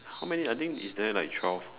how many I think is there like twelve